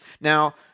Now